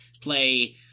play